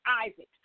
Isaac